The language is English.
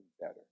better